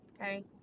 okay